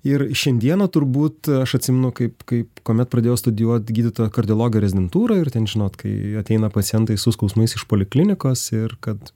ir šiandieną turbūt aš atsimenu kaip kaip kuomet pradėjau studijuot gydytoją kardiologą rezidentūroj ir ten žinot kai ateina pacientai su skausmais iš poliklinikos ir kad